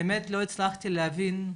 הצלחתי להבין,